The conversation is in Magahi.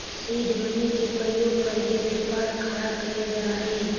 सीड मनी के प्रयोग करके व्यापार खड़ा कैल जा हई